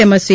તેમજ સી